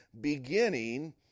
beginning